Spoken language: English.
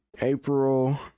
April